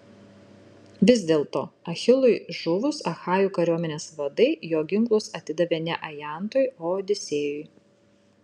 vis dėlto achilui žuvus achajų kariuomenės vadai jo ginklus atidavė ne ajantui o odisėjui